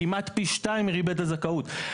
כמעט פי שתיים מריבית הזכאות.